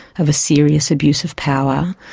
of a serious abuse of power,